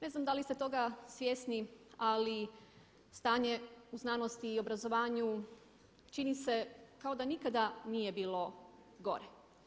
Ne znam da li ste toga svjesni ali stanje u znanosti i obrazovanju čini se kao da nikada nije bilo gore.